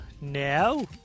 now